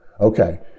Okay